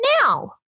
now